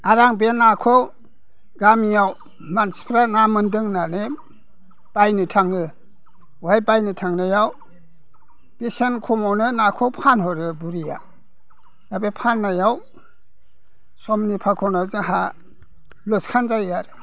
आरो आं बे नाखौ गामियाव मानसिफ्रा ना मोन्दों होननानै बायनो थाङो बेवहाय बायनो थांनायाव बेसेन खमावनो नाखौ फानहरो बुरैया दा बे फाननायाव समनि फाखनाव जाहा लसकान जायो आरो